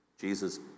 Jesus